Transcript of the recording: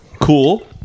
Cool